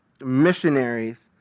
missionaries